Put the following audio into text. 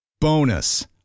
Bonus